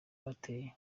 bateye